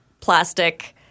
plastic